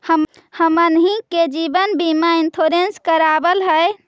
हमनहि के जिवन बिमा इंश्योरेंस करावल है?